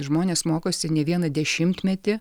žmonės mokosi ne vieną dešimtmetį